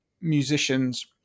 musicians